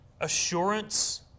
Assurance